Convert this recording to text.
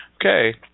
Okay